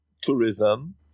tourism